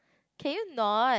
can you not